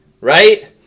right